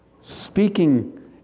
Speaking